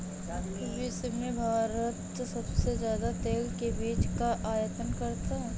विश्व में भारत सबसे ज्यादा तेल के बीज का आयत करता है